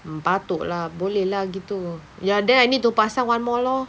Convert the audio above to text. mm patutlah boleh lah gitu ya then I need to pasang one more loh